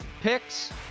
picks